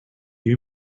you